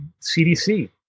CDC